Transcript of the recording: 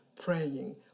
praying